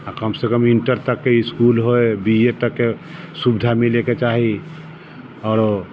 आओर कमसँ कम इन्टर तकके इसकुल होइ बीए तकके सुविधा मिलैके चाही आओर